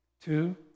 Two